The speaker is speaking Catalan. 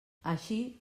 així